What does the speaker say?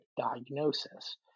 diagnosis